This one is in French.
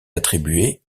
attribué